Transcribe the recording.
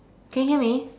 can you hear me